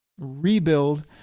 rebuild